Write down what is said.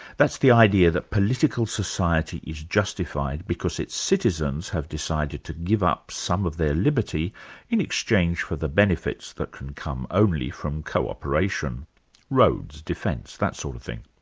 that's the idea that political society is justified because its citizens have decided to give up some of their liberty in exchange for the benefits that can come only from co-operation roads, defence, that sort of thing.